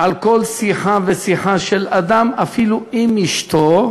על כל שיחה ושיחה של אדם, אפילו עם אשתו,